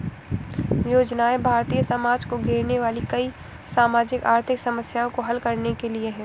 योजनाएं भारतीय समाज को घेरने वाली कई सामाजिक आर्थिक समस्याओं को हल करने के लिए है